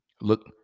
Look